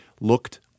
Looked